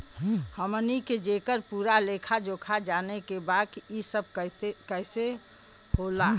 हमनी के जेकर पूरा लेखा जोखा जाने के बा की ई सब कैसे होला?